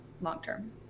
long-term